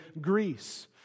Greece